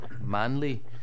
manly